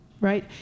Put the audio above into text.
right